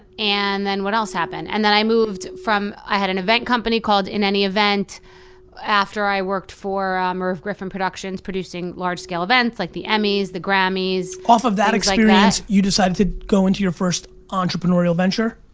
and then what else happened? and then i moved from, i had an event company called in any event after i worked for merv griffin productions producing large scale events like the emmys, the grammys. off of that experience things like that. you decided to go into your first entrepreneurial venture?